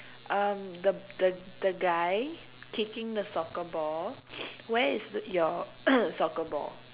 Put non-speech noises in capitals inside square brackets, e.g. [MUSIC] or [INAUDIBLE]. um the the the guy kicking the soccer ball [NOISE] where is the your [NOISE] soccer ball